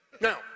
Now